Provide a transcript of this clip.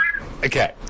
okay